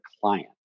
client